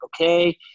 Okay